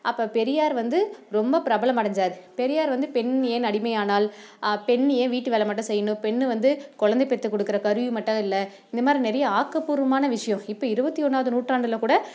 அப்போ பெரியார் வந்து ரொம்ப பிரபலம் அடைஞ்சாரு பெரியார் வந்து பெண் ஏன் அடிமையானாள் பெண் ஏன் வீட்டு வேலை மட்டும் செய்யணும் பெண் வந்து கொழந்தை பெற்று கொடுக்குற கருவி மட்டும் இல்லை இந்த மாதிரி நிறைய ஆக்கப் பூர்வமான விஷயம் இப்போ இருபத்தி ஒன்றாவது நூற்றாண்டில் கூட